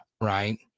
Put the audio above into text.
right